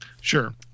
Sure